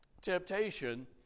temptation